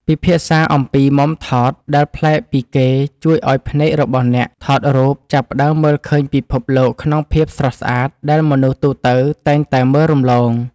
ពិភាក្សាអំពីមុំថតដែលប្លែកពីគេជួយឱ្យភ្នែករបស់អ្នកថតរូបចាប់ផ្តើមមើលឃើញពិភពលោកក្នុងភាពស្រស់ស្អាតដែលមនុស្សទូទៅតែងតែមើលរំលង។